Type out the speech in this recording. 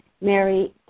Mary